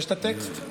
יש טקסט?